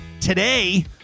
Today